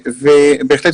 תאריך.